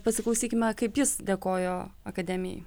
pasiklausykime kaip jis dėkojo akademijai